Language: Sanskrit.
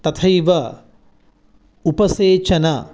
तथैव उपसेचनम्